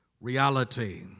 reality